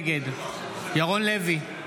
נגד ירון לוי,